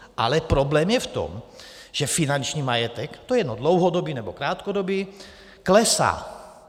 Ale problém je v tom, že finanční majetek, to je dlouhodobý, nebo krátkodobý, klesá.